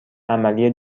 عملی